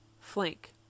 Flank